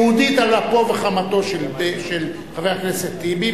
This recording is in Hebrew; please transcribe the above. יהודית, על אפו וחמתו של חבר הכנסת טיבי,